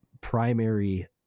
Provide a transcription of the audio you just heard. primary